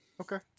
Okay